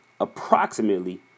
approximately